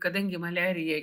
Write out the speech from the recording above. kadangi maliarija